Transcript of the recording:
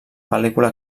pel·lícula